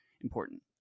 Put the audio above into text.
important